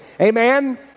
Amen